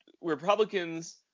Republicans